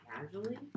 casually